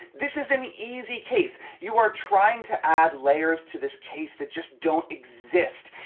this is an easy case. you are trying to add layers to this case that just don't exist.